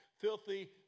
filthy